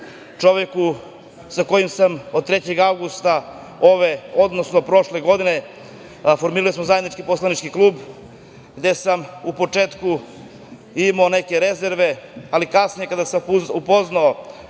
čoveku sa kojim sam od 3. avgusta prošle godine formirao zajednički poslanički klub, gde sam u početku imao neke rezerve, ali kasnije kada sam upoznao